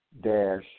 dash